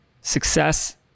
success